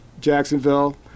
jacksonville